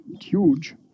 huge